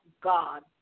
God